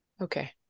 Okay